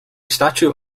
statue